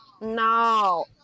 no